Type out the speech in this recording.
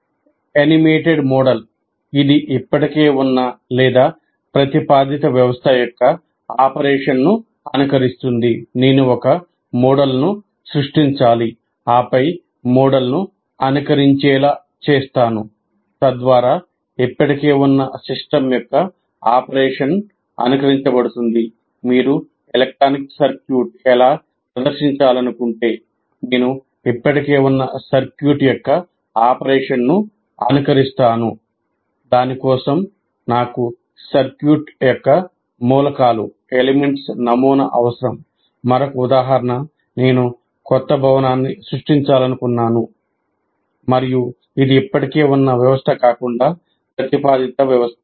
మరొక ఉదాహరణ నేను క్రొత్త భవనాన్ని సృష్టించాలనుకుంటున్నాను మరియు ఇది ఇప్పటికే ఉన్న వ్యవస్థ కాకుండా ప్రతిపాదిత వ్యవస్థ